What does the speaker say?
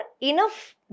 enough